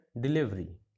delivery